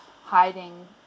hiding